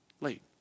late